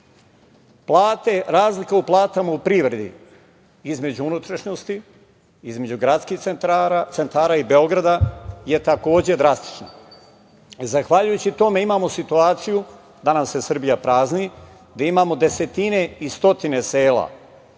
dinara. Razlika u platama u privredi između unutrašnjosti, između gradskih centara i Beograda je takođe drastična. Zahvaljujući tome imamo situaciju da nam se Srbija prazni, da imamo desetine i stotine sela